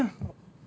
you send ah